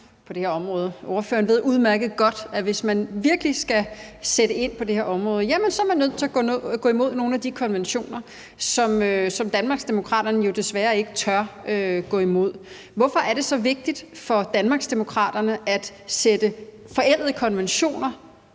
på det her område. Ordføreren ved udmærket godt, at hvis man virkelig skal sætte ind på det her område, er man nødt til at gå imod nogle af de konventioner, som Danmarksdemokraterne jo desværre ikke tør gå imod. Hvorfor er det så vigtigt for Danmarksdemokraterne at sætte forældede konventioner